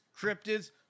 cryptids